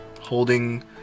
holding